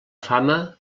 fama